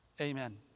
amen